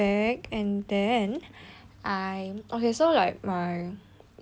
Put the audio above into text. I okay so like my agent is asking me